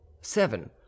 Seven